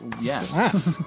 yes